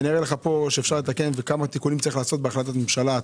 ואני אראה לך כמה תיקונים צריך לעשות בהחלטת הממשלה.